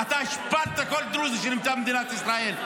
אתה השפלת כל דרוזי שנמצא במדינת ישראל.